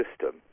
system